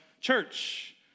church